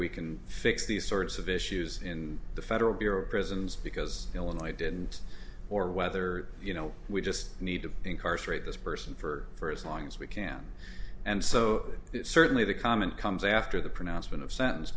we can fix these sorts of issues in the federal bureau of prisons because illinois didn't or whether you know we just need to incarcerate this person for for as long as we can and so certainly the comment comes after the pronouncement of sentence